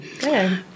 good